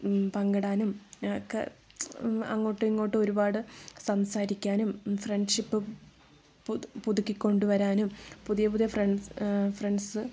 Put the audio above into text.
പങ്കിടാനും ഒക്കെ അങ്ങോട്ടും ഇങ്ങോട്ടും ഒരുപാട് സംസാരിക്കാനും ഫ്രണ്ട്ഷിപ് പുതുക്കി കൊണ്ട് വരാനും പുതിയ പുതിയ ഫ്രണ്ട്സ്